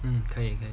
um 看一下